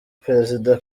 perezida